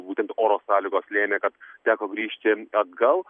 būtent oro sąlygos lėmė kad teko grįžti atgal